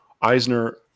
Eisner